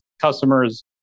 customers